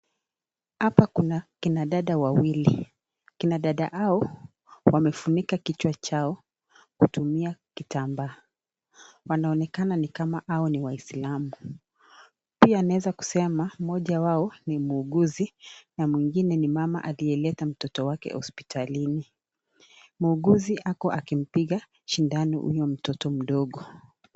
Hpa kuna kina dada wawili. Kina dada hao wamefunika kichwa chao kutumia kitambaa, wanaonekana kama hao ni waisilamu. Pia naweza kusema mmoja wao ni muuguzi na mwingine ni mama aliyeleta mtoto wake hospitalini. Muuguzi ako akimpiga sindano huyo mtoto mdogo.